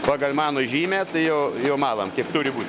pagal mano žymę tai jau jau malam kiek turi būt